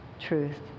truth